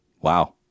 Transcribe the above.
wow